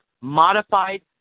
modified